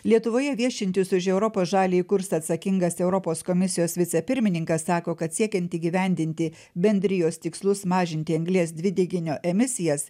lietuvoje viešintis už europos žaliąjį kursą atsakingas europos komisijos vicepirmininkas sako kad siekiant įgyvendinti bendrijos tikslus mažinti anglies dvideginio emisijas